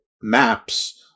maps